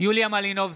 יוליה מלינובסקי,